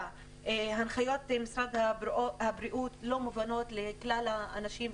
הנחיות משרד הבריאות לא מובנות לכלל האנשים,